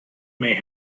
may